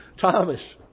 Thomas